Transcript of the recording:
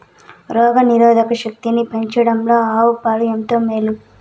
రోగ నిరోధక శక్తిని పెంచడంలో ఆవు పాలు ఎంతో మేలు